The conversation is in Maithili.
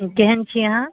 केहन छी अहाँ